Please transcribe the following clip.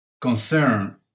concern